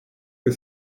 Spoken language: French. que